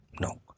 No